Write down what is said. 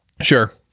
Sure